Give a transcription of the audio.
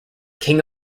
king